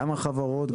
גם החברות,